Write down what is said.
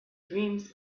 dreams